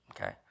okay